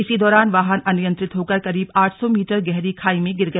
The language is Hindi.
इसी दौरान वाहन अनियंत्रित होकर करीब आठ सौ मीटर गहरी खाई में गिर गया